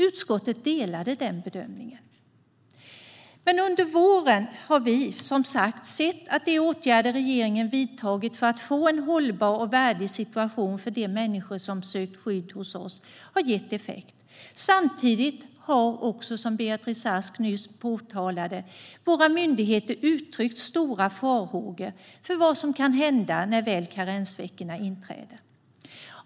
Utskottet delade den bedömningen. Under våren har vi som sagt sett att de åtgärder regeringen vidtagit för att få en hållbar och värdig situation för de människor som sökt skydd hos oss har gett effekt. Samtidigt har våra myndigheter, vilket Beatrice Ask nyss tog upp, uttryckt stora farhågor för vad som kan hända när karensveckorna väl inträder.